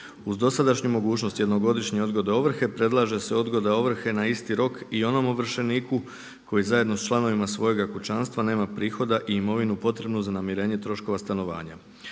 Uz dosadašnju mogućnost jednogodišnje odgode ovrhe, predlaže se odgoda ovrhe na isti rok i onom ovršeniku koji zajedno sa članovima svojega kućanstva nema prihoda i imovinu potrebnu za namirenje troškova stanovanja.